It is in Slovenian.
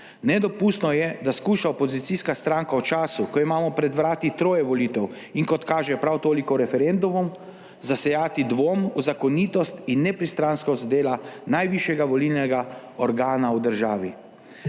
Nedopustno je, da skuša opozicijska stranka v času, ko imamo pred vrati troje volitev in, kot kaže, prav toliko referendumov, zasejati dvom v zakonitost in nepristranskost dela najvišjega volilnega organa v državi.